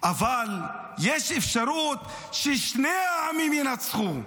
אבל יש אפשרות ששני העמים ינצחו,